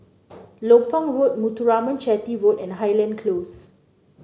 Lompang Road Muthuraman Chetty Road and Highland Close